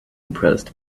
impressed